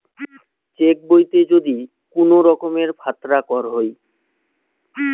check বইতে যদি কুনো রকমের ফাত্রা কর হই